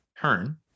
Turn